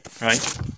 right